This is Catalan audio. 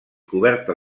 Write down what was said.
coberta